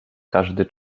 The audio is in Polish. każdy